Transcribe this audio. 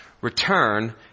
return